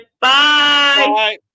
Bye